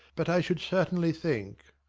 but i should certainly think